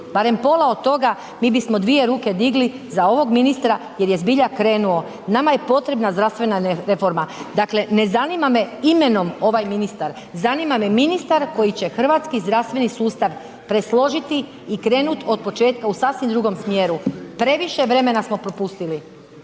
barem pola od toga mi bismo dvije ruke digli za ovog ministra jer je zbilja krenuo. Nama je potrebna zdravstvena reforma. Dakle ne zanima me imenom ovaj ministar, zanima me ministar koji će hrvatski zdravstveni sustav presložiti i krenuti od početka u sasvim drugom smjeru. Previše vremena smo propustili.